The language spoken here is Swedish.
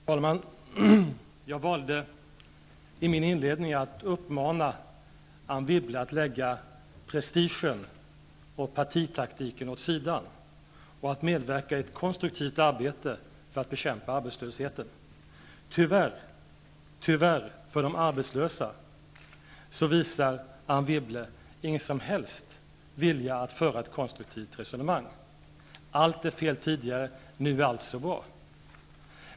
Herr talman! Jag valde i min inledning att uppmana Anne Wibble att lägga prestigen och partitaktiken åt sidan och medverka i ett konstruktivt arbete för att bekämpa arbetslösheten. Tyvärr för de arbetslösa visar Anne Wibble ingen som helst vilja att föra ett konstruktivt resonemang. Allt var fel tidigare, nu är allt så bra.